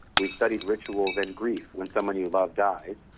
we studied rituals and grief when someone you love dies,